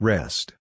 Rest